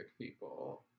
people